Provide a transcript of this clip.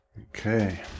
Okay